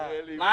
אז אנחנו,